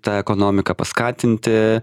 tą ekonomiką paskatinti